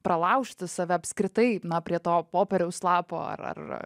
pralaužti save apskritai na prie to popieriaus lapo ar ar